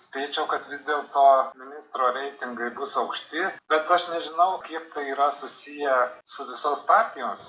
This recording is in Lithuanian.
sakyčiau kad vis dėlto ministro reitingai bus aukšti tad aš nežinau kiek tai yra susiję su visos partijos